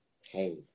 Hey